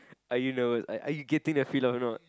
are you nervous are are you getting the feel or not